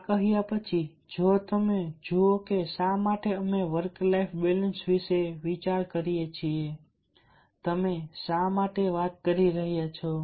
આ કહ્યા પછી જો તમે જુઓ કે શા માટે અમે વર્ક લાઇફ બેલેન્સ વિશે વિચારીએ છીએ તમે શા માટે વાત કરી રહ્યા છો